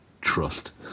trust